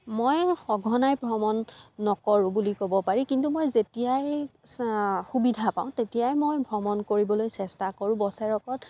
মই সঘনাই ভ্ৰমণ নকৰোঁ বুলি ক'ব পাৰি কিন্তু মই যেতিয়াই সুবিধা পাওঁ তেতিয়াই মই ভ্ৰমণ কৰিবলৈ চেষ্টা কৰোঁ বছেৰেকত